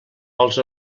els